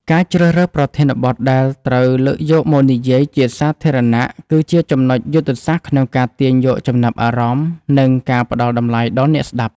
ការជ្រើសរើសប្រធានបទដែលត្រូវលើកយកមកនិយាយជាសាធារណៈ គឺជាចំណុចយុទ្ធសាស្ត្រក្នុងការទាញយកចំណាប់អារម្មណ៍ និងការផ្ដល់តម្លៃដល់អ្នកស្ដាប់។